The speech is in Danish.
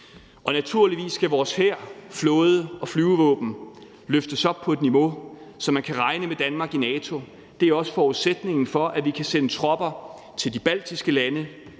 og naturligvis skal vores hær, flåde og flyvevåben løftes op på et niveau, så man kan regne med Danmark i NATO. Det er også forudsætningen for, at vi kan sende tropper til de baltiske lande